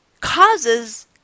causes